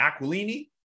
Aquilini